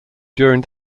during